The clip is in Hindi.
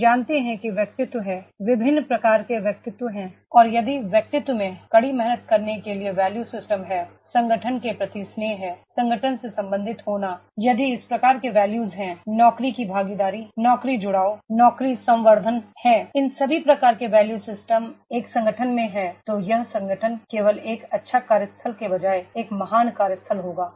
हम जानते हैं कि व्यक्तित्व है विभिन्न प्रकार के व्यक्तित्व हैं और यदि व्यक्तित्व में कड़ी मेहनत करने के लिए वैल्यू सिस्टम है संगठन के प्रति स्नेह है संगठन से संबंधित होना यदि इस प्रकार के वैल्यूस् हैं नौकरी की भागीदारी कर्मचारी जुड़ाव नौकरी संवर्धन है इन सभी प्रकार के वैल्यू सिस्टम एक संगठन में हैं तो यह संगठन केवल एक अच्छा कार्यस्थल के बजाय एक महान कार्यस्थल होगा